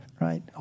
right